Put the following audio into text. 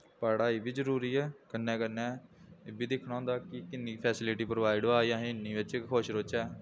पढ़ाई बी जरूरी ऐ कन्नै कन्नै एह् बी दिक्खना होंदा कि किन्नी फैसलिटी प्रोवाइड होआ दी असें इन्नी बिच्च गै खुश रौह्चै